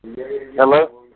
Hello